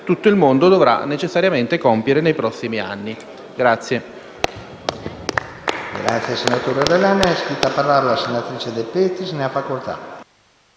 tutto il mondo, dovranno necessariamente compiere nei prossimi anni.